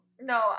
No